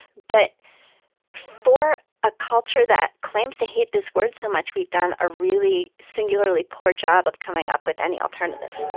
but for a culture that claims to hate this word so much, we've done a really singularly poor job of coming up with any alternative